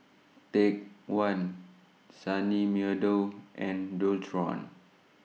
Take one Sunny Meadow and Dualtron